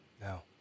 No